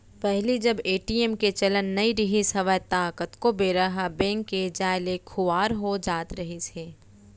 पहिली जब ए.टी.एम के चलन नइ रिहिस हवय ता कतको बेरा ह बेंक के जाय ले खुवार हो जात रहिस हे